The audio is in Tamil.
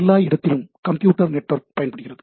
எல்லா இடத்திலும் கம்ப்யூட்டர் நெட்வொர்க் பயன்படுகிறது